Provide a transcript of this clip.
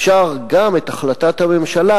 אפשר גם את החלטת הממשלה,